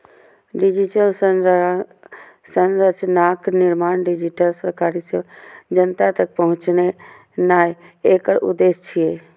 digital संरचनाक निर्माण, digitally सरकारी सेवा जनता तक पहुंचेनाय एकर उद्देश्य छियै